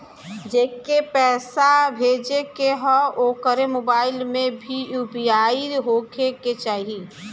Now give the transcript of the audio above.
जेके पैसा भेजे के ह ओकरे मोबाइल मे भी यू.पी.आई होखे के चाही?